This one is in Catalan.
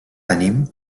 tenim